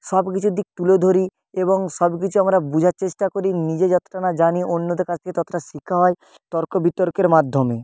সব কিছু দিক তুলে ধরি এবং সব কিছু আমরা বোঝার চেষ্টা করি নিজে যতটা না জানি অন্যদের কাছ থেকে ততটা শেখা হয় তর্ক বিতর্কের মাধ্যমে